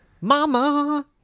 Mama